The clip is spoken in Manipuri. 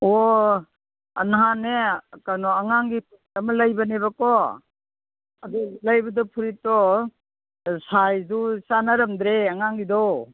ꯑꯣ ꯅꯍꯥꯟꯅꯦ ꯀꯩꯅꯣ ꯑꯉꯥꯡꯒꯤ ꯄꯣꯠ ꯑꯃ ꯂꯩꯕꯅꯦꯕꯀꯣ ꯑꯗꯨ ꯂꯩꯕꯗꯣ ꯐꯨꯔꯤꯠꯇꯣ ꯁꯥꯏꯁꯇꯨ ꯆꯥꯅꯔꯝꯗ꯭ꯔꯦ ꯑꯉꯥꯡꯒꯤꯗꯣ